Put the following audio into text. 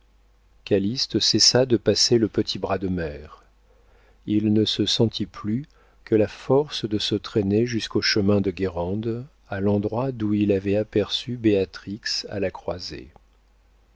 calyste cessa de passer le petit bras de mer il ne se sentit plus que la force de se traîner jusqu'au chemin de guérande à l'endroit d'où il avait aperçu béatrix à la croisée